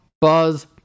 buzz